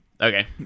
Okay